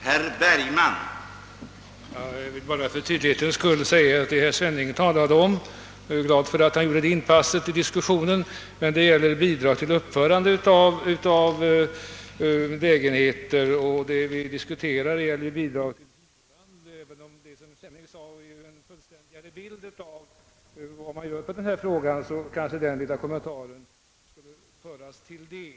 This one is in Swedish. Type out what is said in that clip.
Herr talman! Jag är glad för att herr Svenning gjorde sitt inpass i diskussionen. Jag vill bara för tydlighetens skull säga att det han talade om gäller bidrag till uppförande av lägenheter, medan vad vi nu diskuterar i själva verket är bidrag till hyran. Vad herr Svenning sade gav dock en fullständigare bild av vad som görs för de handikappade, och hans lilla kommentar förtjänade därför att komma med.